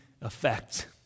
effect